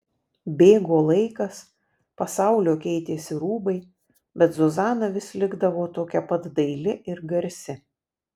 bėgo laikas pasaulio keitėsi rūbai bet zuzana vis likdavo tokia pat daili ir garsi